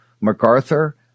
MacArthur